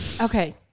Okay